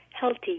healthy